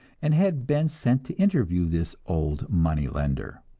and had been sent to interview this old money-lender.